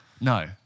no